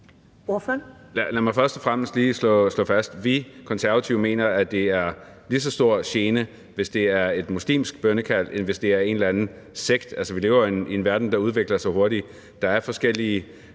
(KF): Lad mig først og fremmest lige slå fast: Vi Konservative mener, at det er til lige så stor gene, om det er et muslimsk bønnekald eller en eller anden sekts bønnekald. Vi lever jo i en verden, der udvikler sig hurtigt. Der er forskellige